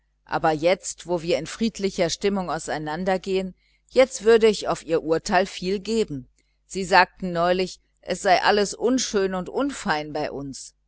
aber jetzt wo wir in friedlicher stimmung auseinandergehen jetzt würde ich auf ihr urteil viel geben sie sagten neulich es sei alles unschön und unfein bei uns nein